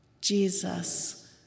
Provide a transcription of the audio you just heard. Jesus